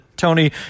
Tony